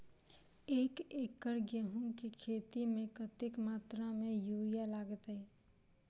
एक एकड़ गेंहूँ केँ खेती मे कतेक मात्रा मे यूरिया लागतै?